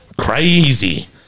Crazy